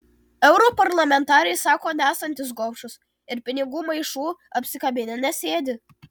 europarlamentarai sako nesantys gobšūs ir pinigų maišų apsikabinę nesėdi